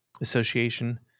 Association